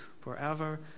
forever